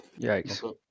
Yikes